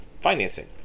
financing